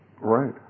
Right